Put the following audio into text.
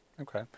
Okay